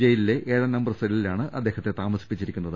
ജയിലിലെ ഏഴാം നമ്പർ സെല്ലിലാണ് അദ്ദേഹത്തെ താമസിപ്പിച്ചിരിക്കുന്നത്